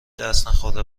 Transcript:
دستنخورده